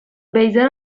بیضه